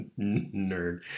Nerd